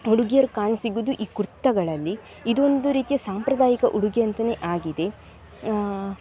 ಹುಡುಗಿಯರು ಕಾಣ ಸಿಗೋದು ಈ ಕುರ್ತಗಳಲ್ಲಿ ಇದೊಂದು ರೀತಿಯ ಸಾಂಪ್ರದಾಯಿಕ ಉಡುಗೆ ಅಂತಲೇ ಆಗಿದೆ